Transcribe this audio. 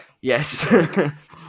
Yes